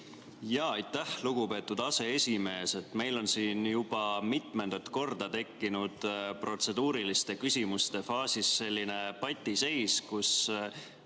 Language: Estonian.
Aitäh, lugupeetud aseesimees! Meil on siin juba mitmendat korda tekkinud protseduuriliste küsimuste faasis selline patiseis, kus